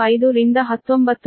995 ರಿಂದ 19